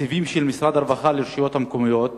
תקציבים של משרד הרווחה לרשויות המקומיות